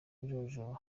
kujojoba